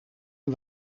een